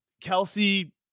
Kelsey